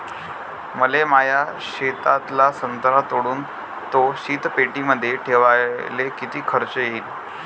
मले माया शेतातला संत्रा तोडून तो शीतपेटीमंदी ठेवायले किती खर्च येईन?